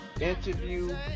interview